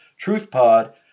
truthpod